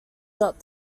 dot